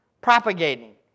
propagating